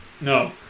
No